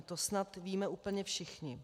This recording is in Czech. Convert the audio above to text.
To snad víme úplně všichni.